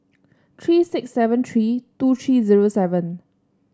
three six seven three two three zero seven